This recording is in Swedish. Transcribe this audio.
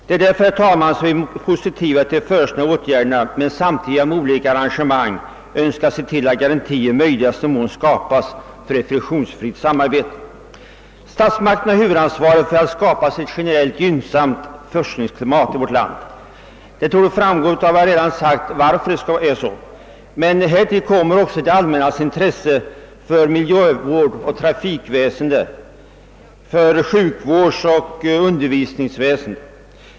— Det är mot denna bakgrund, herr talman, som vi är positiva till de föreslagna åtgärderna men samtidigt genom olika arrangemang önskar se till att garantier skapas för ett friktionsfritt samarbete. Statsmakterna har huvudansvaret för att det skapas ett generellt gynnsamt forskningsklimat i vårt land. Det torde framgå av vad jag redan anfört varför det är på det sättet, men härtill kommer också det allmännas intresse för miljövård, för trafik-, sjukvårdsoch undervisningsväsende.